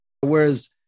Whereas